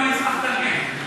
מי שצריך תרגום,